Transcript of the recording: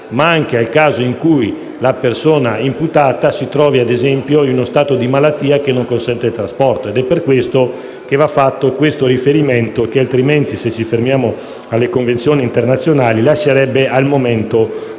ma anche nel caso in cui la persona imputata si trovi - ad esempio - in uno stato di malattia che non ne consente il trasporto. È per questo che va fatto questo riferimento. Se ci fermassimo infatti alle convenzioni internazionali, si lascerebbe al momento uno